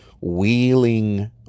wheeling